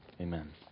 amen